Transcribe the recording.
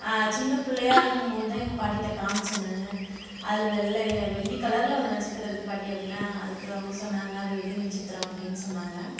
சின்னப் பிள்ளையா இருக்கும் போது தான் எங்கள் பாட்டிகிட்ட காமிச்சேன் நான் அதில் வெள்ளை வெள்ளிக் கலர்ல ஒரு நட்சத்திரம் இருக்குது பாட்டி அப்படின்னேன் அதுக்கு அவங்க சொன்னாங்கள் அது வெள்ளி நட்சத்திரம் அப்படினு சொன்னாங்கள்